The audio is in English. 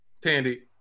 Tandy